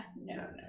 No